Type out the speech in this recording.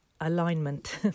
alignment